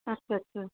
আচ্চা আচ্চা